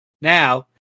Now